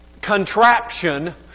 contraption